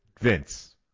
Vince